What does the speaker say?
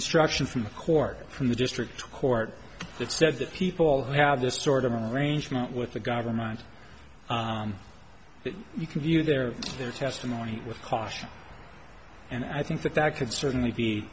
instruction from the court from the district court that said that people have this sort of an arrangement with the government that you can view their their testimony with caution and i think that that could certainly be